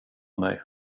mig